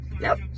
nope